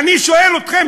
אני שואל אתכם,